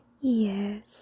Yes